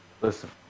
Listen